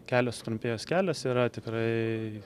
kelias sutrumpėjęs kelias yra tikrai